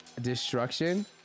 destruction